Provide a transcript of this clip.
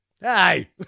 Hey